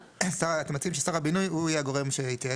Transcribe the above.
אתם רוצים ששר הבינוי הוא יהיה הגורם שמתייעץ.